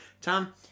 Tom